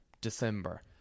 December